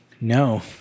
No